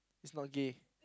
it's not gay